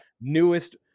newest